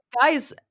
guys